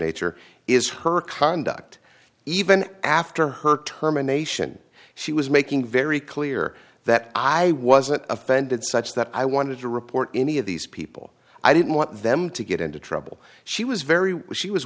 nature is her conduct even after her terminations she was making very clear that i wasn't offended such that i wanted to report any of these people i didn't want them to get into trouble she was very she was